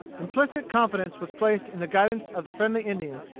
implicit confidence was placed in the guidance of the friendly indians,